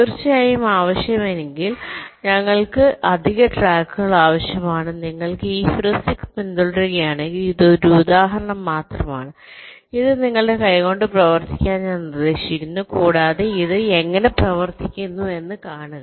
തീർച്ചയായും ആവശ്യമെങ്കിൽ ഞങ്ങൾക്ക് അധിക ട്രാക്കുകൾ ആവശ്യമാണ് നിങ്ങൾ ഈ ഹ്യൂറിസ്റ്റിക്സ് പിന്തുടരുകയാണെങ്കിൽ ഇത് ഒരു ഉദാഹരണം മാത്രമാണ് ഇത് നിങ്ങളുടെ കൈകൊണ്ട് പ്രവർത്തിക്കാൻ ഞാൻ നിർദ്ദേശിക്കുന്നു കൂടാതെ ഇത് എങ്ങനെ പ്രവർത്തിക്കുന്നുവെന്ന് കാണുക